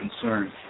concern